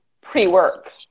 pre-work